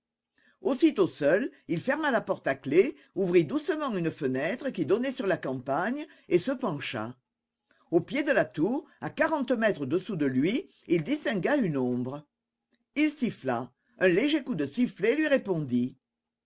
aussitôt seul il ferma la porte à clef ouvrit doucement une fenêtre qui donnait sur la campagne et se pencha au pied de la tour à quarante mètres au-dessous de lui il distingua une ombre il siffla un léger coup de sifflet lui répondit